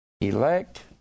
elect